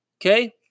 Okay